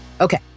Okay